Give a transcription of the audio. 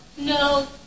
No